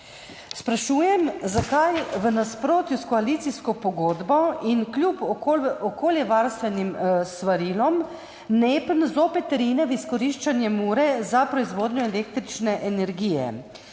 Sprašujem: Zakaj v nasprotju s koalicijsko pogodbo in kljub okoljevarstvenim svarilom NEPN zopet rine v izkoriščanje Mure za proizvodnjo električne energije?